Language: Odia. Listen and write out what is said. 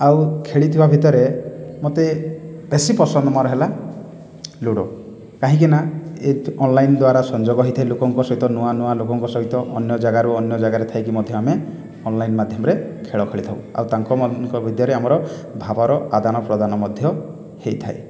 ଆଉ ଖେଳିଥିବା ଭିତରେ ମୋତେ ବେଶୀ ପସନ୍ଦ ମୋର ହେଲା ଲୁଡୋ କାହିଁକିନା ଏହି ଅନଲାଇନ୍ ଦ୍ଵାରା ସଂଯୋଗ ହୋଇଥାଇ ଲୋକଙ୍କ ସହିତ ନୂଆ ନୂଆ ଲୋକଙ୍କ ସହିତ ଅନ୍ୟ ଜାଗାରୁ ଅନ୍ୟ ଜାଗାରେ ଥାଇକି ମଧ୍ୟ ଆମେ ଅନଲାଇନ୍ ମାଧ୍ୟମରେ ଆମେ ଖେଳ ଖେଳିଥାଉ ଆଉ ତାଙ୍କମାନଙ୍କ ଭିତରେ ବି ଆମର ଭାବର ଆଦାନ ପ୍ରଦାନ ମଧ୍ୟ ହୋଇଥାଏ